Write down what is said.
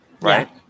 Right